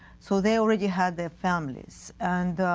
so they already had their families and